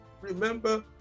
Remember